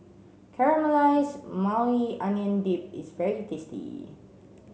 Caramelized Maui Onion Dip is very tasty